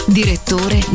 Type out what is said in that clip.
direttore